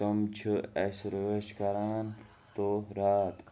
تِم چھِ اَسہِ رٲچھ کَران دۄہ رات